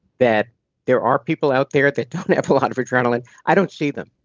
that there are people out there that don't have a lot of adrenaline, i don't see them